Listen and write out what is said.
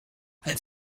als